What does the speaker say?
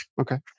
Okay